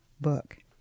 book